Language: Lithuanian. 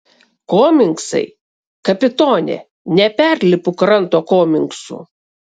komingsai kapitone neperlipu kranto komingsų